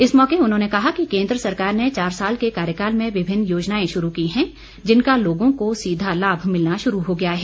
इस मौके उन्होंने कहा कि केन्द्र सरकार ने चार साल के कार्यकाल में विभिन्न योजनाएं शुरू की हैं जिनका लोगों को सीधा लाभ मिलना शुरू हो गया है